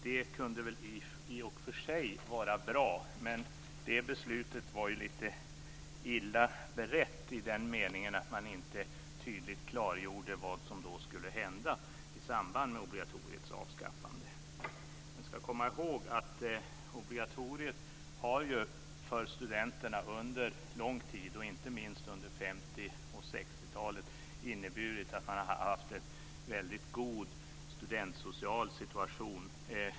Det kunde väl i och för sig vara bra, men det beslutet var lite illa berett i den meningen att man inte tydligt klargjorde vad som skulle hända i samband med obligatoriets avskaffande. Man ska komma ihåg att obligatoriet för studenterna under en lång tid, inte minst under 50 och 60 talen, har inneburit att de har haft en väldigt god studentsocial situation.